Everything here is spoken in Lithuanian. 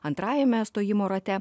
antrajame stojimo rate